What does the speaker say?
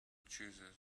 choosers